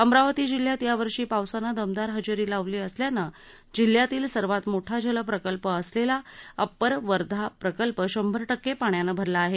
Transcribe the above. अमरावती जिल्ह्यात यावर्षी पावसानं दमदार हजेरी लावली असल्यानं जिल्ह्यातील सर्वात मोठा जलप्रकल्प असलेला अप्पर वर्धा प्रकल्प शंभर टक्के पाण्यानं भरला आहे